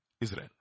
Israel